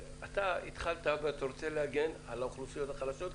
התחלת שאתה רוצה להגן על האוכלוסיות החלשות,